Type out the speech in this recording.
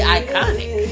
iconic